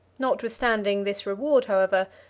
notwithstanding this reward, however,